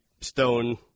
stone